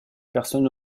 personne